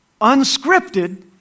unscripted